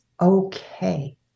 okay